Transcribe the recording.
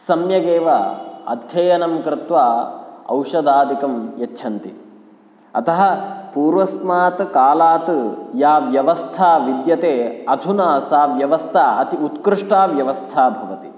सम्यगेव अध्ययनं कृत्वा औषधादिकं यच्छन्ति अतः पूर्वस्मात् कालात् या व्यवस्था विद्यते अधुना सा व्यवस्था अति उत्कृष्टा व्यवस्था भवति